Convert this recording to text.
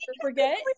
forget